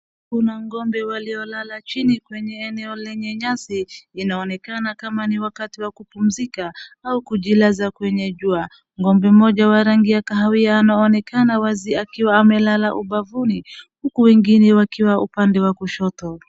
Kuna ngombe waliolala chini kwenye eneo lenye nyasi inaonekana kama ni wakati wa kupumzika au kujilaza kwenye jua, ngombe moja wa rangi ya kahawia anaonekana wazi akiwa amelala ubavuni huku wengine wakiwa upande wa kushoto.